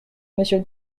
monsieur